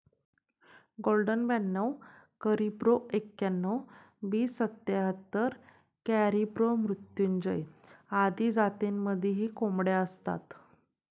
golden ब्याणव करिब्रो एक्याण्णण, B सत्याहत्तर, कॅरिब्रो मृत्युंजय आदी जातींमध्येही कोंबड्या असतात